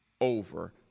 over